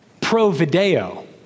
pro-video